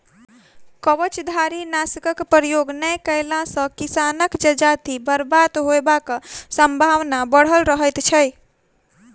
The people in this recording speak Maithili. कवचधारीनाशकक प्रयोग नै कएला सॅ किसानक जजाति बर्बाद होयबाक संभावना बढ़ल रहैत छै